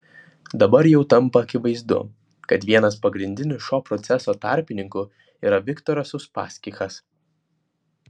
dabar jau tampa akivaizdu kad vienas pagrindinių šio proceso tarpininkų yra viktoras uspaskichas